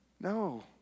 No